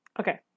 Okay